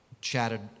chatted